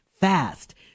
fast